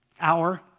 hour